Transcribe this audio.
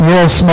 Yes